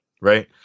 Right